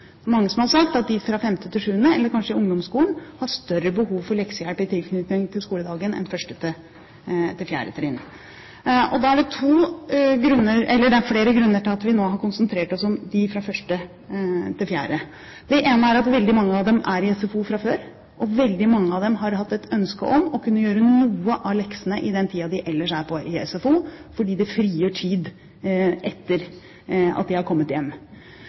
mange som har sagt at de som går i 5.–7. klasse, eller kanskje ungdomsskolen, har større behov for leksehjelp i tilknytning til skoledagen enn de på 1.–4. trinn. Det er flere grunner til at vi nå har konsentrert oss om dem i 1.–4. klasse. Det ene er at veldig mange av dem er i SFO fra før, og veldig mange av dem har hatt et ønske om å kunne gjøre noe av leksene i den tiden de ellers er i SFO, fordi det frigjør tid etter at de er kommet hjem.